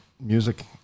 music